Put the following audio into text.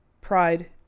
pride